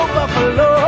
Buffalo